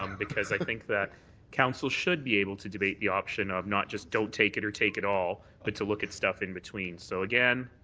um because i think that council should be able to debate the option of not just don't take it or take it all, but to look at stuff in between. so again,